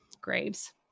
graves